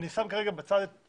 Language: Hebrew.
אני שם כרגע בצד את